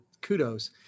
kudos